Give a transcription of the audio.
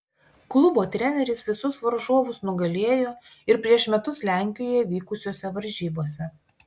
klubo treneris visus varžovus nugalėjo ir prieš metus lenkijoje vykusiose varžybose